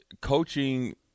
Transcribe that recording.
coaching